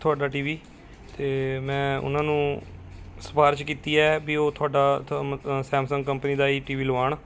ਤੁਹਾਡਾ TV ਅਤੇ ਮੈਂ ਉਹਨਾਂ ਨੂੰ ਸਿਫ਼ਾਰਿਸ਼ ਕੀਤੀ ਹੈ ਵੀ ਉਹ ਤੁਹਾਡਾ ਥ ਮਤ ਸੈਮਸੰਗ ਕੰਪਨੀ ਦਾ ਹੀ ਟੀ ਵੀ ਲਵਾਉਣ